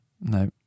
No